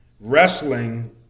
Wrestling